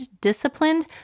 disciplined